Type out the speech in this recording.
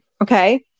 Okay